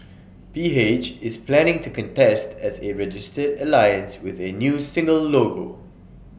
P H is planning to contest as A registered alliance with A new single logo